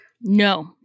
No